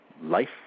life